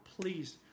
please